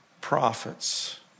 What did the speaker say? prophets